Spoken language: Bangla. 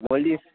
বলি